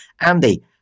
Andy